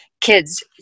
kids